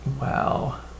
wow